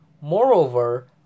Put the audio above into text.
Moreover